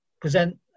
present